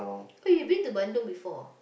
oh you been to Bandung before ah